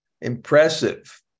impressive